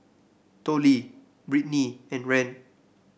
Tollie Brittnie and Rand